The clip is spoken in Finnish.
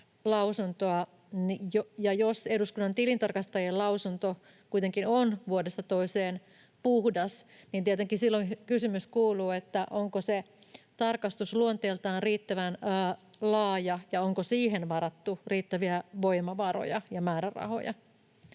jos eduskunnan tilintarkastajien lausunto kuitenkin on vuodesta toiseen puhdas, tietenkin silloin kysymys kuuluu, onko se tarkastus luonteeltaan riittävän laaja ja onko siihen varattu riittäviä voimavaroja ja määrärahoja.